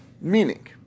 Meaning